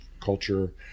culture